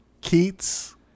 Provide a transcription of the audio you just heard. Keats